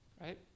Right